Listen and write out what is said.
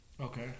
Okay